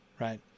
right